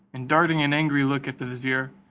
and darting an angry look at the vizier,